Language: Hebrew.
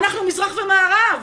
אנחנו מזרח ומערב.